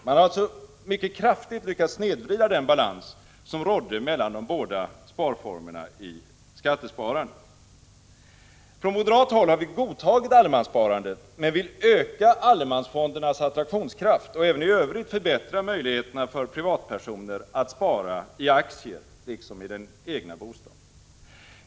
Man har alltså mycket kraftigt lyckats snedvrida den balans som rådde mellan de båda sparformerna i skattesparandet. Från moderat håll har vi godtagit allemanssparandet, men vi vill öka allemansfondernas attraktionskraft och även i övrigt förbättra möjligheterna för privatpersoner att spara i aktier liksom i den egna bostaden.